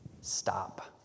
Stop